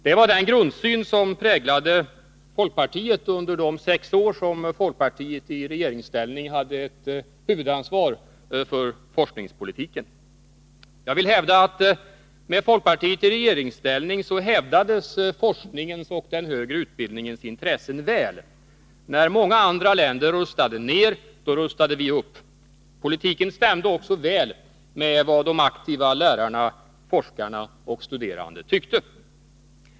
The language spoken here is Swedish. Det var den grundsynen som präglade folkpartiet under de sex år partiet i regeringsställning hade huvudansvar för forskningspolitiken. Med folkpartiet i regeringsställning hävdades forskningens och den högre utbildningens intressen väl. När många andra länder rustade ned rustade vi upp. Politiken stämde också väl med vad de aktiva lärarna, forskarna och de studerande tyckte.